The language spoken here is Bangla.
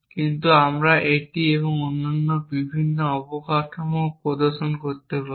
কিন্তু আমরা এটি এবং অন্যান্য বিভিন্ন অবকাঠামোও প্রদর্শন করতে পারি